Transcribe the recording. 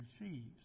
receives